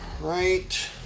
right